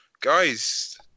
guys